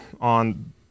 on